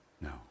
No